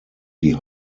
die